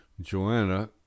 joanna